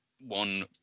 one